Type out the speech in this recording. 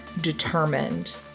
determined